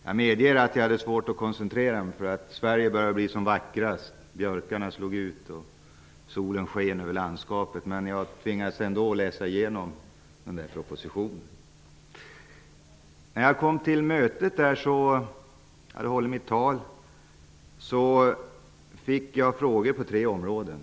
Jag medger att jag hade svårt att koncentrera mig, för Sverige började bli som vackrast, björkarna slog ut och solen sken över landskapet, men jag tvingades ändå läsa igenom propositionen. När jag hade hållit mitt tal på mötet, fick jag frågor på tre områden.